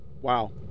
wow